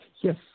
Yes